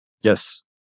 Yes